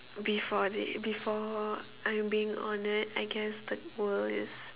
before they before I'm being honoured I guess the world is